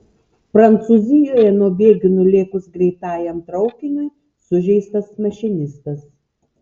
prancūzijoje nuo bėgių nulėkus greitajam traukiniui sužeistas mašinistas